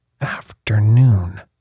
afternoon